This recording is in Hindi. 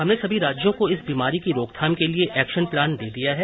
हमने सभी राज्यों को इस बीमारी की रोकथाम के लिए एक्शन प्लान दे दिया है